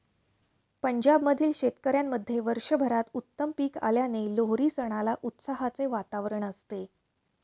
पंजाब मधील शेतकऱ्यांमध्ये वर्षभरात उत्तम पीक आल्याने लोहरी सणाला उत्साहाचे वातावरण असते